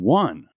one